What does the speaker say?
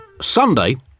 Sunday